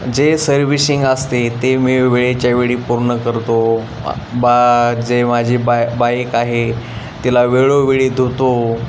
जे सर्विशिंग असते ते मी वेळेच्या वेळी पूर्ण करतो बा जे माझी बा बाईक आहे तिला वेळोवेळी धुतो